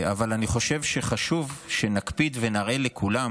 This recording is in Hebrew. אבל אני חושב שחשוב שנקפיד ונראה לכולם